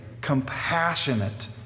compassionate